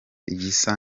igisa